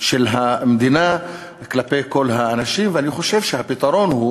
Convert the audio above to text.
של המדינה כלפי כל האנשים, ואני חושב שהפתרון הוא